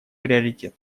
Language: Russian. приоритет